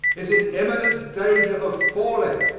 is in imminent danger of falling.